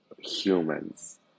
humans